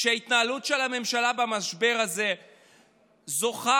שההתנהלות של הממשלה במשבר הזה זוכה